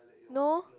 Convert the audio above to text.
no